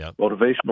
motivational